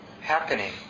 happening